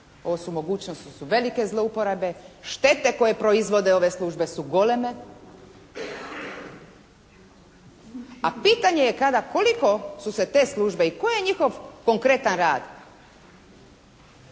Ovo su mogućnosti su velike zlouporabe. Štete koje proizvode ove službe su goleme, a pitanje je kada koliko su se te službe i koji je njihov konkretan rad?